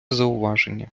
зауваження